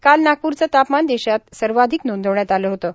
काल नागपूरचं तापमान देशात सर्वाधिक नोंदवण्यात आलं होतं